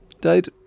died